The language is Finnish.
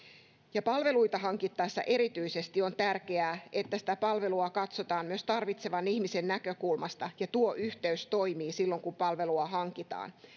palveluita hankittaessa erityisesti on tärkeää että sitä palvelua katsotaan myös tarvitsevan ihmisen näkökulmasta ja tuo yhteys toimii silloin kun palvelua hankitaan